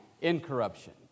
incorruption